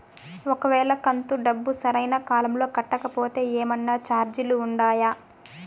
ఒక వేళ కంతు డబ్బు సరైన కాలంలో కట్టకపోతే ఏమన్నా చార్జీలు ఉండాయా?